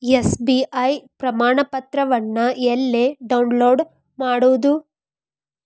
SBI ಪ್ರಮಾಣಪತ್ರವನ್ನ ಎಲ್ಲೆ download ಮಾಡೊದು?